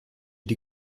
die